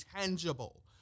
tangible